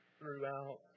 throughout